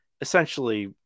essentially